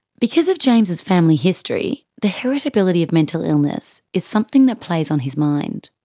because of james's family history, the heritability of mental illness is something that plays on his mind.